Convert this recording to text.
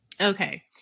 okay